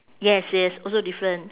yes yes also different